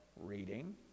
reading